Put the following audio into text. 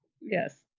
Yes